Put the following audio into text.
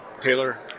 Taylor